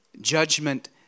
judgment